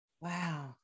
Wow